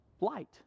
light